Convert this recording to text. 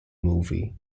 movie